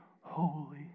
Holy